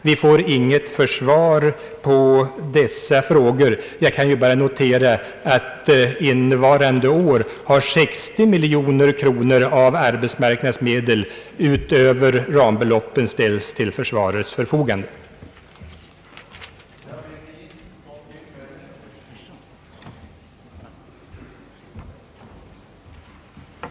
Vi har inte fått något svar på dessa frågor. Jag kan bara notera att 60 miljoner kronor utöver rambeloppen ställts till försvarets förfogande innevarande år.